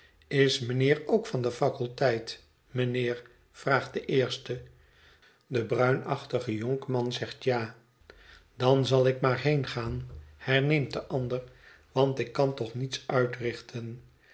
is mijnheer ook van de faculteit mijnheer vraagt de eerste de bruinachtige jonkman zegt ja dan zal ik maar heengaan herneemt de ander want ik kan toch niets uitrichten